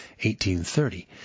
1830